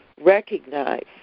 recognize